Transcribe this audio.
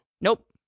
Nope